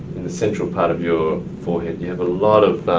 the central part of your forehead you have a lot of